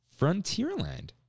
Frontierland